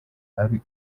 ari